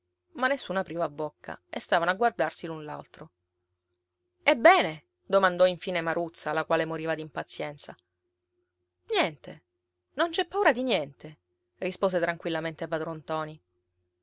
ma nessuno apriva bocca e stavano a guardarsi l'un l'altro ebbene domandò infine maruzza la quale moriva d'impazienza niente non c'è paura di niente rispose tranquillamente padron ntoni